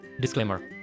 Disclaimer